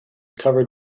covered